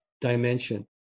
dimension